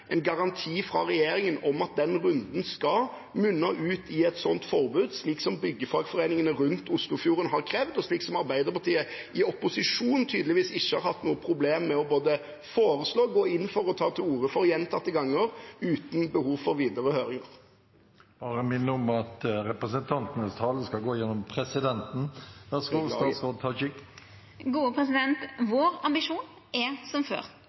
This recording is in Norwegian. en garanti fra regjeringen om at den runden skal munne ut i et sånt forbud, slik byggfagforeningene rundt Oslofjorden har krevd, og slik Arbeiderpartiet i opposisjon tydeligvis ikke har hatt noe problem med både å foreslå, gå inn for og ta til orde for gjentatte ganger, uten behov for videre høringer. Presidenten vil bare minne om at representantenes tale skal gå via presidenten. Ambisjonen vår er som før, og det er at me vil ha slutt på den typen innleige som